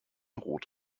rot